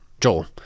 joel